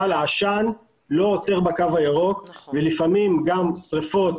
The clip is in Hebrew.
אבל העשן לא עוצר בקו הירוק ולפעמים גם שריפות